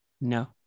No